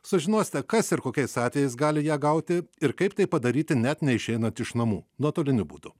sužinosite kas ir kokiais atvejais gali ją gauti ir kaip tai padaryti net neišeinant iš namų nuotoliniu būdu